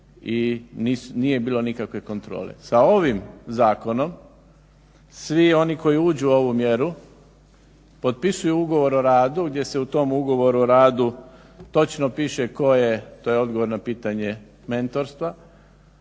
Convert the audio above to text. i nije bilo nikakve kontrole. Sa ovim zakonom svi oni koji uđu u ovu mjeru potpisuju ugovor o radu gdje u tom ugovoru o radu točno piše tko je, to je odgovor na pitanje mentorstva,